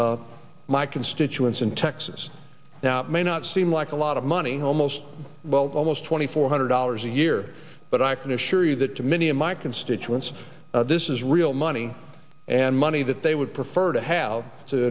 on my constituents in texas now may not seem like a lot of money almost well almost twenty four hundred dollars a year but i can assure you that to many of my constituents this is real money and money that they would prefer to have to